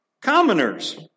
commoners